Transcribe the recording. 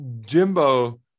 jimbo